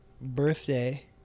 birthday